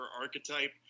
archetype